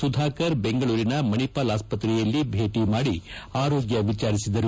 ಸುಧಾಕರ್ ಬೆಂಗಳೂರಿನ ಮಣಿಪಾಲ್ ಆಸ್ವತ್ರೆಯಲ್ಲಿ ಭೇಟಿ ಮಾಡಿ ಆರೋಗ್ಯ ವಿಚಾರಿಸಿದರು